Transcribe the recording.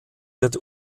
wird